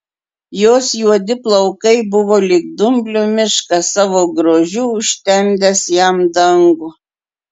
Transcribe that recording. jos juodi plaukai buvo lyg dumblių miškas savo grožiu užtemdęs jam dangų